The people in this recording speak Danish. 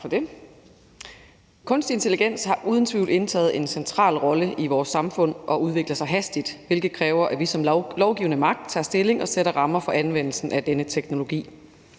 Kunstig intelligens har uden tvivl indtaget en central rolle i vores samfund og udvikler sig hastigt, hvilket kræver, at vi som lovgivende magt tager stilling og sætter rammer for anvendelsen af denne teknologi.